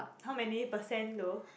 how many percent though